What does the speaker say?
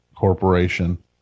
corporation